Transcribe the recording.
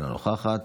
אינה נוכחת.